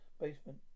basement